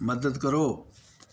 ਮਦਦ ਕਰੋ